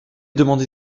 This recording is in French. demandé